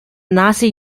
nazi